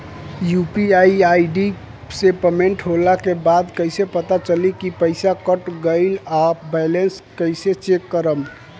UPI ID से payment होला के बाद कइसे पता चली की पईसा कट गएल आ बैलेंस कइसे चेक करम?